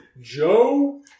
Joe